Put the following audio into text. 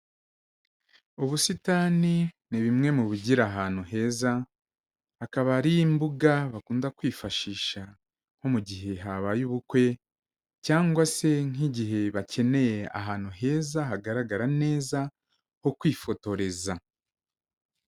Ubusitani ni bimwe mu bigira ahantu heza, akaba ari imbuga bakunda kwifashisha nko mu gihe habaye ubukwe cyangwa se nk'igihe bakeneye ahantu heza hagaragara neza ho kwifotoreza.